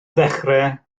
ddechrau